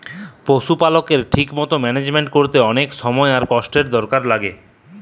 পশুপালকের ঠিক মতো ম্যানেজমেন্ট কোরতে অনেক সময় আর কষ্টের দরকার লাগে